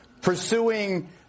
pursuing